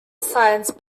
science